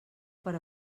per